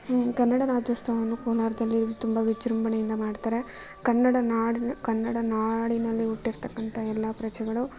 ಹ್ಞೂ ಕನ್ನಡ ರಾಜ್ಯೋತ್ಸವವನ್ನು ಕೋಲಾರದಲ್ಲಿ ತುಂಬ ವಿಜೃಂಭಣೆಯಿಂದ ಮಾಡ್ತಾರೆ ಕನ್ನಡ ನಾಡಿನ ಕನ್ನಡ ನಾಡಿನಲ್ಲಿ ಹುಟ್ಟಿರ್ತಕ್ಕಂಥ ಎಲ್ಲ ಪ್ರಜೆಗಳು